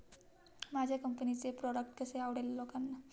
माझ्या कंपनीचे प्रॉडक्ट कसे आवडेल लोकांना?